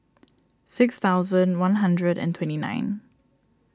six thousand one hundred and twenty nine